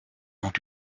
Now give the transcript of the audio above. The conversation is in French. ont